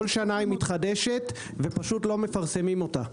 ובכל שנה היא מתחדשת ופשוט לא מפרסמים אותה.